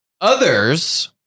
Others